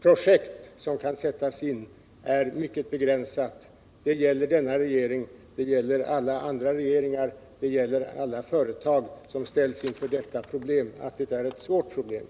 projekt som kan sättas in är mycket begränsat. Det gäller denna regering, det gäller alla andra regeringar, det gäller alla företag som ställs inför detta problem, att det är ett svårt problem.